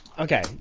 Okay